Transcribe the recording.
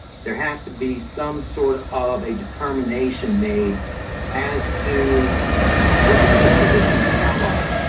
there has to be some sort of a determination made as to what the disposition of that outlet is.